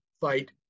fight